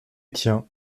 tiens